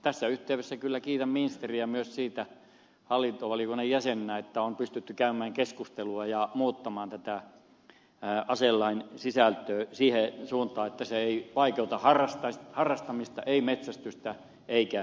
tässä yhteydessä kyllä kiitän ministeriä myös hallintovaliokunnan jäsenenä siitä että on pystytty käymään keskustelua ja muuttamaan aselain sisältöä siihen suuntaan että se ei vaikeuta harrastamista ei metsästystä eikä asehankintaa